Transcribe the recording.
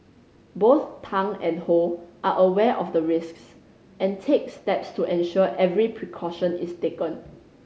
both Tang and Ho are aware of the risks and take steps to ensure every precaution is taken